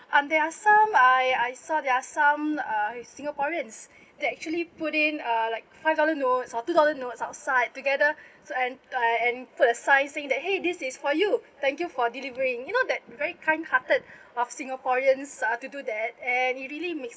and there are some I I saw there are some uh singaporeans they actually put in uh like five dollar notes or two dollar notes outside together so and uh and put a sign saying that !hey! this is for you thank you for delivering you know that very kind hearted of singaporeans uh to do that and it really makes